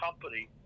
company